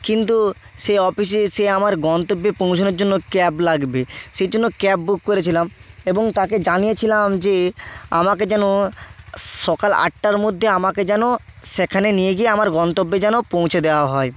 কিন্তু সেই অফিসে সে আমার গন্তব্যে পৌঁছানোর জন্য ক্যাব লাগবে সেই জন্য ক্যাব বুক করেছিলাম এবং তাকে জানিয়েছিলাম যে আমাকে যেন সকাল আটটার মধ্যে আমাকে যেন সেখানে নিয়ে গিয়ে আমার গন্তব্যে যেন পৌঁছে দেওয়া হয়